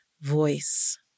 voice